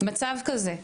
מצב כזה,